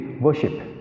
worship